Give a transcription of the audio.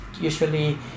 usually